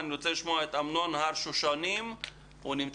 אני רוצה לשמוע את אמנון הרשושנים, נמצא?